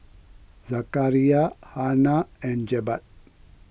Zakaria Hana and Jebat